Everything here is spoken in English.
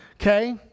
Okay